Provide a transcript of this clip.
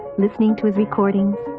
listening to his recordings,